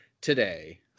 today